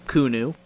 Kunu